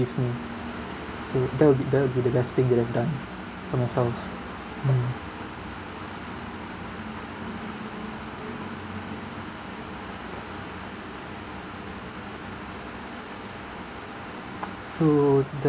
me so that will be that will be the best thing that I've done for myself mm so the